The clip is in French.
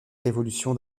révolution